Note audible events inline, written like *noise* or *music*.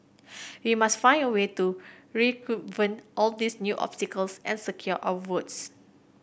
we must find a way to *unintelligible* all these new obstacles and secure our votes